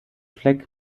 flag